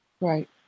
Right